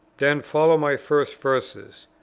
then follow my first verses.